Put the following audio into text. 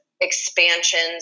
expansions